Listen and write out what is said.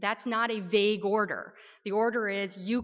that's not a vague order the order is you